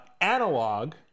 Analog